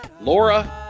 Laura